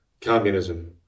communism